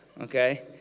okay